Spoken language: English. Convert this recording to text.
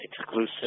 Exclusive